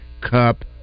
cup